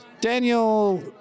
Daniel